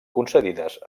concedides